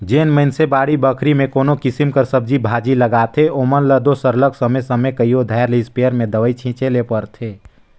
जेन मइनसे बाड़ी बखरी में कोनो किसिम कर सब्जी भाजी लगाथें ओमन ल दो सरलग समे समे कइयो धाएर ले इस्पेयर में दवई छींचे ले परथे